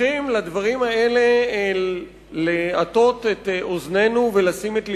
צריכים לדברים האלה להטות את אוזננו ולשים את לבנו,